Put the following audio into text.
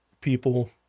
people